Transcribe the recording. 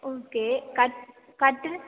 okay cut கட்டில்